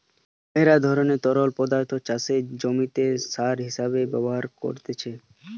মেলা ধরণের তরল পদার্থকে চাষের জমিতে সার হিসেবে ব্যবহার করতিছে